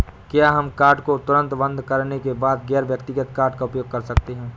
क्या हम कार्ड को तुरंत बंद करने के बाद गैर व्यक्तिगत कार्ड का उपयोग कर सकते हैं?